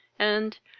and,